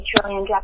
trillion